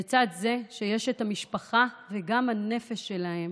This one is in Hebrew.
לצד זה יש את המשפחה וגם את הנפש שלהם